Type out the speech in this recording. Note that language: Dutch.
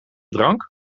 drank